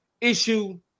issue